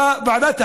בוועדת החינוך,